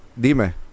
Dime